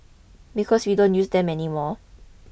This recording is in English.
because we don't use them anymore